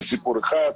זה סיפור אחד.